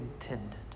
intended